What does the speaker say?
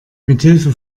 mithilfe